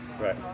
Right